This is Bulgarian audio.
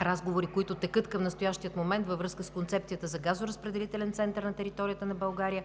разговори, които текат към настоящия момент във връзка с концепцията за газоразпределителен център на територията на България,